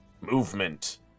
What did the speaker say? movement